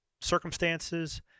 circumstances